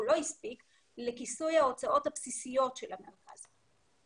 הוא לא הספיק לכיסוי ההוצאות הבסיסיות של המרכז.